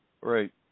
Right